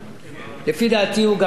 היא גם לא משוש חייה של הממשלה,